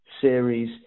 series